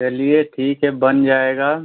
चलिए ठीक है बन जाएगा